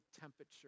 temperature